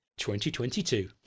2022